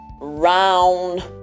round